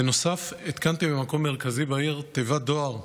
בנוסף התקנתי במקום מרכזי בעיר תיבת דואר,